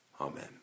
Amen